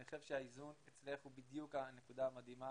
חושב שהאיזון אצלך הוא בדיוק הנקודה המדהימה,